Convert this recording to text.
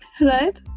right